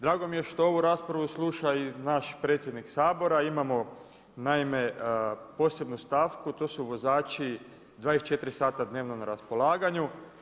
Drago mi je što ovu raspravu sluša i naš predsjednik Sabora, imamo naime, posebnu stavku, to su vozači 24 sata dnevno na raspolaganju.